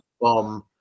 bomb